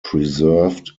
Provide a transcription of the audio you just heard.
preserved